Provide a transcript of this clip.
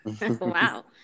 wow